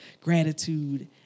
gratitude